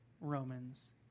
Romans